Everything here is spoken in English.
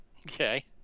Okay